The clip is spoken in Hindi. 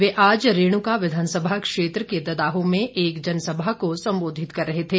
वे आज रेणुका विधानसभा क्षेत्र के ददाहू में एक जनसभा को संबोधित कर रहे थे